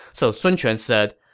so sun quan said,